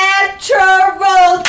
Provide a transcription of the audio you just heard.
Natural